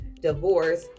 divorce